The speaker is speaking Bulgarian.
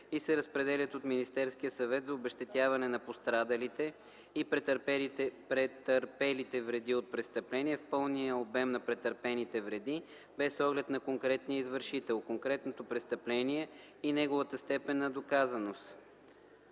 и се разпределят от Министерския съвет за обезщетяване на пострадалите и претърпелите вреди от престъпления, с пълния обем на претърпените вреди, без оглед на конкретния извършител, конкретното престъпление и неговата степен на доказаност.